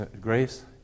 grace